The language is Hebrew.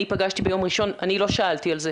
פגשתי ביום ראשון אני לא שאלתי על זה.